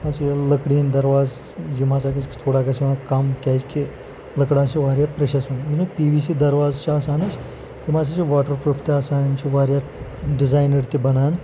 یِم حظ چھِ یہِ لٔکرِ ہِنٛدۍ دَرواز یِم ہَسا گژھِ تھوڑا گژھُن اَتھ کَم کیٛازِکہِ لٔکٕر حظ چھِ ورایاہ پرٛیشَش پی وی سی دَرواز چھِ آسان حظ تِم ہَسا چھِ واٹَر پِروٗپھ تہِ آسان تِم چھِ واریاہ ڈِزاینٕڈ تہِ بَنان